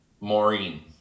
Maureen